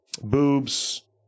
boobs